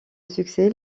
succès